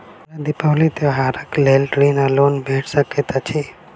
हमरा दिपावली त्योहारक लेल ऋण वा लोन भेट सकैत अछि?